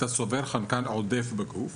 אתה צובר חנקן עודף בגוף.